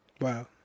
Wow